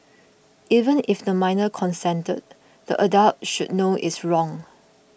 even if the minor consented the adult should know it's wrong